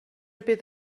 bydd